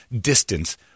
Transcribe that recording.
distance